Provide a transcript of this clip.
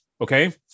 Okay